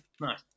Nice